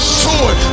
sword